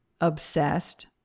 obsessed